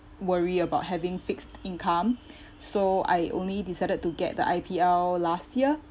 worry about having fixed income so I only decided to get the I_P_L last year